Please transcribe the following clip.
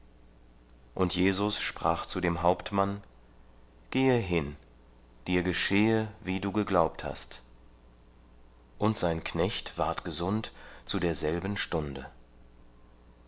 und jesus sprach zu dem hauptmann gehe hin dir geschehe wie du geglaubt hast und sein knecht warrd gesund zu derselben stunde